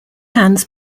hands